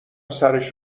سرش